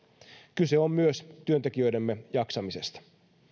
kyse on myös työntekijöidemme jaksamisesta